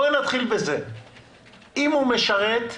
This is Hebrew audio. בואי נתחיל שאם הוא משרת,